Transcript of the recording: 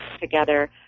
together